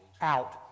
out